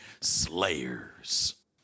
slayers